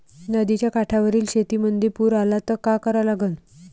नदीच्या काठावरील शेतीमंदी पूर आला त का करा लागन?